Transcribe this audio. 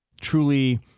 truly